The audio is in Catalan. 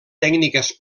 tècniques